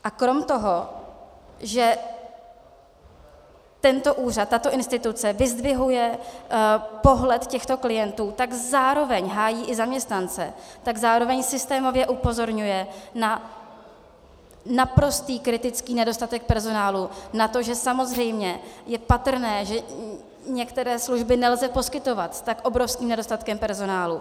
A kromě toho, že tento úřad, tato instituce vyzdvihuje pohled těchto klientů, zároveň hájí i zaměstnance, zároveň systémově upozorňuje na naprostý kritický nedostatek personálu, na to, že samozřejmě je patrné, že některé služby nelze poskytovat s tak obrovským nedostatkem personálu.